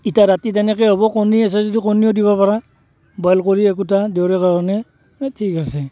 এতিয়া ৰাতি তেনেকৈ হ'ব কণী আছে যদি কণীও দিব পাৰা বইল কৰি একোটা দুয়োৰে কাৰণে অঁ ঠিক আছে